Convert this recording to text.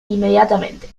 inmediatamente